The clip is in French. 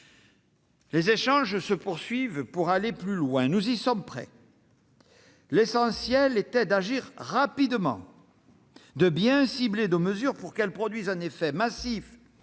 Les échanges se poursuivent pour aller plus loin. Nous y sommes prêts. L'essentiel était d'agir rapidement, de bien cibler nos mesures pour qu'elles produisent un effet massif